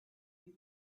bir